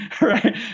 right